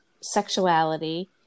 sexuality